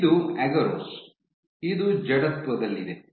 ಇದು ಅಗರೋಸ್ ಇದು ಜಡತ್ವದಲ್ಲಿದೆ